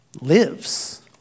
lives